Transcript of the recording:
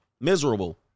Miserable